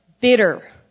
bitter